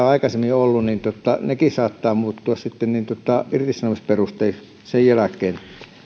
aikaisemmin olleet saattavat muuttua sitten irtisanomisperusteiksi sen jälkeen